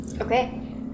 okay